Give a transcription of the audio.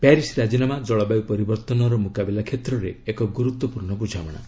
Paris ରାଜିନାମା ଜଳବାୟୁ ପରିବର୍ତ୍ତନର ମୁକାବିଲା କ୍ଷେତ୍ରରେ ଏକ ଗୁରୁତ୍ୱପୂର୍ଣ୍ଣ ବୁଝାମଣା